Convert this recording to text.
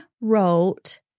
wrote